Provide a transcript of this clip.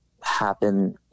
happen